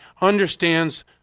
understands